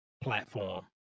platform